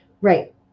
right